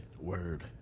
Word